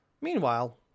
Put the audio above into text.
Meanwhile